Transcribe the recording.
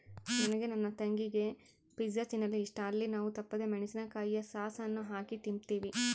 ನನಗೆ ನನ್ನ ತಂಗಿಗೆ ಪಿಜ್ಜಾ ತಿನ್ನಲು ಇಷ್ಟ, ಅಲ್ಲಿ ನಾವು ತಪ್ಪದೆ ಮೆಣಿಸಿನಕಾಯಿಯ ಸಾಸ್ ಅನ್ನು ಹಾಕಿ ತಿಂಬ್ತೀವಿ